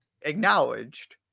acknowledged